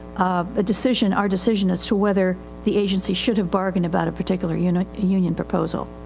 ah, a decision, our decision as to whether the agency should have bargained about a particular union, union proposal.